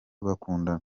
bakundana